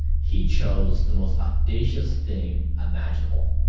he chose the most audacious thing imaginable.